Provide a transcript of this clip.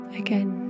again